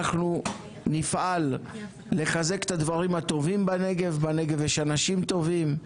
אנחנו נפעל לחזק את הדברים הטובים בנגב בנגב יש אנשים טובים,